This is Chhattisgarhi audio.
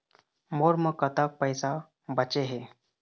मोर म कतक पैसा बचे हे?